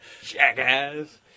Jackass